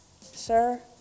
Sir